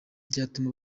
bwatuma